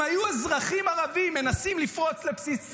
אם היו אזרחים ערבים מנסים לפרוץ לבסיס צה"ל,